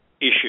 issue